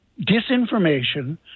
disinformation